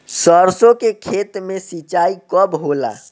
सरसों के खेत मे सिंचाई कब होला?